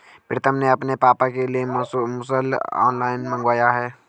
प्रितम ने अपने पापा के लिए मुसल ऑनलाइन मंगवाया है